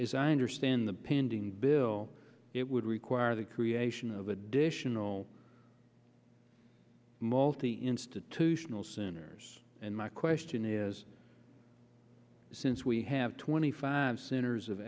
as i understand the pending bill it would require the creation of additional multi institutional centers and my question is since we have twenty five centers of